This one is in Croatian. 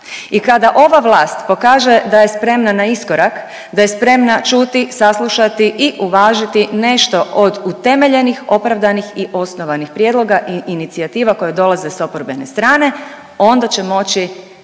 i kada ova vlast pokaže da je spremna na iskorak, da je spremna čuti, saslušati i uvažiti nešto od utemeljenih, opravdanih i osnovanih prijedloga i inicijativa koje dolaze s oporbene strane, onda će moći